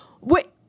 wait